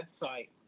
website